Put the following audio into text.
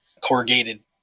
corrugated